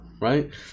right